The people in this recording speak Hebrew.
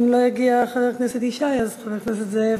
אם לא יגיע חבר הכנסת ישי, אז חבר הכנסת זאב.